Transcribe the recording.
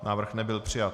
Návrh nebyl přijat.